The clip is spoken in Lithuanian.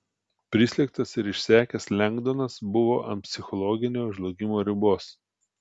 prislėgtas ir išsekęs lengdonas buvo ant psichologinio žlugimo ribos